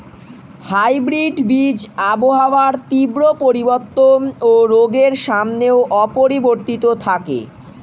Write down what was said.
hybrid বীজ আবহাওয়ার তীব্র পরিবর্তন ও রোগের সামনেও অপরিবর্তিত থাকে